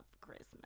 christmas